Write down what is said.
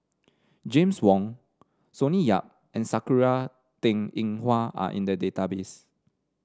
James Wong Sonny Yap and Sakura Teng Ying Hua are in the database